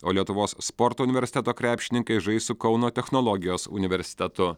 o lietuvos sporto universiteto krepšininkai žais su kauno technologijos universitetu